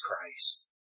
Christ